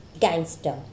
gangster